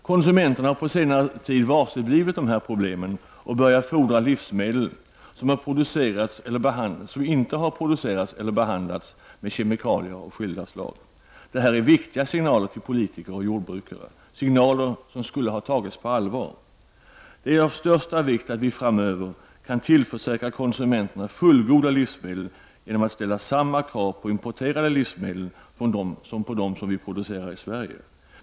Konsumenterna har på senare tid varseblivit dessa problem och börjar fordra livsmedel som inte har producerats eller behandlats med kemikalier av skilda slag. Detta är viktiga signaler till politiker och jordbrukare. Signaler som skulle ha tagits på allvar. Det är av största vikt att vi framöver kan tillförsäkra konsumenterna fullgoda livsmedel genom att ställa samma krav på importerade livsmedel som på dem som produceras i Sverige.